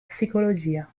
psicologia